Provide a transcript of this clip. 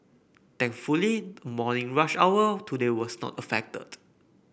thankfully the morning rush hour today was not affected